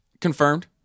Confirmed